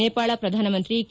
ನೇಪಾಳ ಪ್ರಧಾನಮಂತ್ರಿ ಕೆ